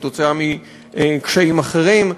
בשל קשיים אחרים,